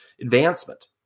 advancement